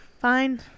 Fine